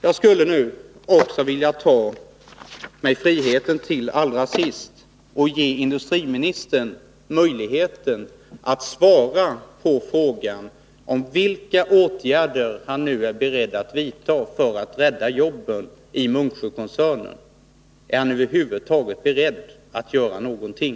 Jag vill till sist ta mig friheten att ge industriministern möjlighet att svara på frågan vilka åtgärder han är beredd att vidta för att rädda jobben i Munksjökoncernen. Är han över huvud taget beredd att göra någonting?